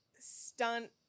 stunt